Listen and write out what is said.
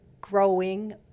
growing